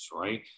right